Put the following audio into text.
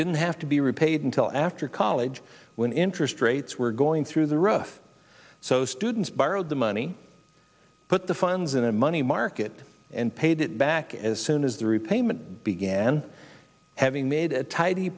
didn't have to be repaid until after college when interest rates were going through the roof so students borrowed the money put the funds in a money market and paid it back as soon as the repayment began having made a tidy